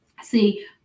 see